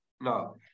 No